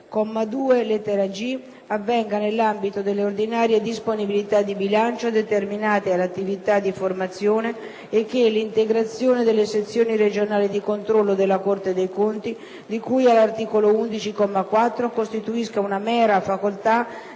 comma 2, lettera *g)*, avvenga nell'ambito delle ordinarie disponibilità di bilancio destinate all'attività di formazione e che l'integrazione delle Sezioni regionali di controllo della Corte dei conti, di cui all'articolo 11, comma 4, costituisca una mera facoltà